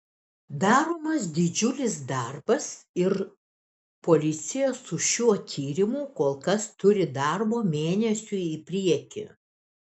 daromas didžiulis darbas ir policija su šiuo tyrimu kol kas turi darbo mėnesiui į priekį